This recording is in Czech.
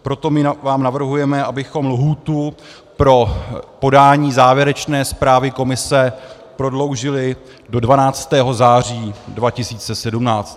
Proto vám navrhujeme, abychom lhůtu pro podání závěrečné zprávy komise prodloužili do 12. září 2017.